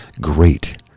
great